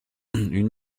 une